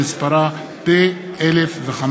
שמספרה פ/1005.